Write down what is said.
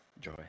joy